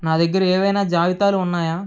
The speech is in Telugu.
నా దగ్గర ఏవైనా జాబితాలు ఉన్నాయా